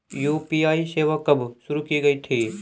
UPI सेवा कब शुरू की गई थी?